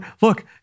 look